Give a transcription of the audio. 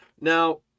now